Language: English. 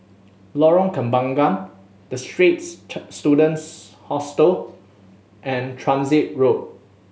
Lorong Kembangan The Straits Students Hostel and Transit Road